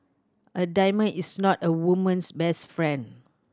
a diamond is not a woman's best friend